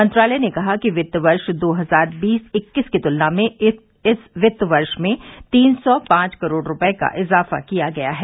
मंत्रालय ने कहा कि वित्त वर्ष दो हजार बीस इक्कीस की तुलना में इस वित्त वर्ष में लगभग तीन सौ पांच करोड़ रूपये का इजाफा किया गया है